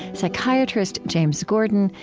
psychiatrist james gordon,